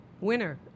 Winner